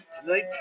tonight